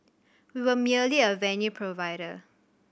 we were merely a venue provider